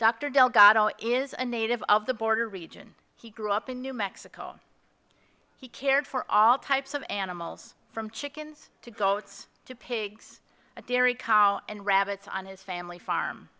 delgado is a native of the border region he grew up in new mexico he cared for all types of animals from chickens to go it's to pigs a dairy cow and rabbits on his family farm